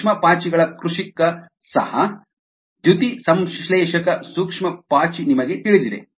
ಸೂಕ್ಷ್ಮ ಪಾಚಿಗಳ ಕೃಷಿಗೆ ಸಹ ದ್ಯುತಿಸಂಶ್ಲೇಷಕ ಸೂಕ್ಷ್ಮ ಪಾಚಿ ನಿಮಗೆ ತಿಳಿದಿದೆ